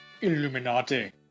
Illuminati